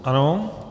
Ano.